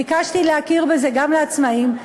ביקשתי להכיר בזה גם לעצמאים.